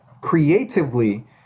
creatively